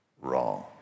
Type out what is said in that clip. wrong